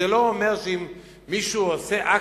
זה לא אומר שאם מישהו עושה אקט,